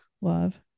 love